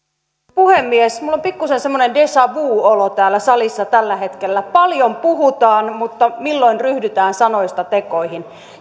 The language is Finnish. puhemies minulla on pikkuisen semmoinen deja vu olo täällä salissa tällä hetkellä paljon puhutaan mutta milloin ryhdytään sanoista tekoihin